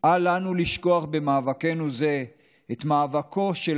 אל לנו לשכוח במאבקנו זה את מאבקו של